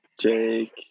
Jake